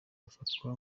afatwa